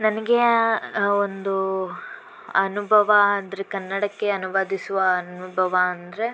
ನನಗೆ ಒಂದು ಅನುಭವ ಅಂದರೆ ಕನ್ನಡಕ್ಕೆ ಅನುವಾದಿಸುವ ಅನುಭವ ಅಂದರೆ